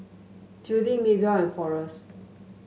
Fielding Maebelle and Forrest